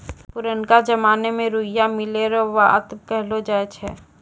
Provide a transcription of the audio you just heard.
पुरनका जमाना मे रुइया मिलै रो बात कहलौ जाय छै